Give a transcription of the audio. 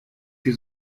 sie